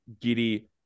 Giddy